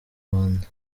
rwanda